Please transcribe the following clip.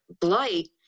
blight